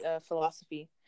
philosophy